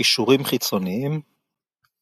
קישורים חיצוניים אתר